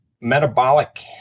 metabolic